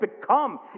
become